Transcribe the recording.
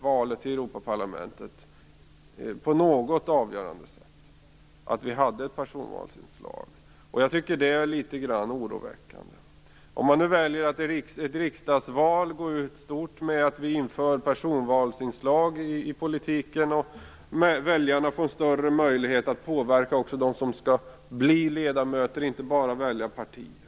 Valet till Europaparlamentet påverkades inte på något avgörande sätt av att vi hade ett personvalsinslag. Det tycker jag är litet grand oroväckande. Vi tänker oss att man inför ett riksdagsval väljer att gå ut stort med att man inför personvalsinslag i politiken. Man säger att väljarna får större möjlighet att påverka vilka som skall bli ledamöter, inte bara välja parti.